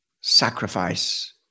sacrifice